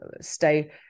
stay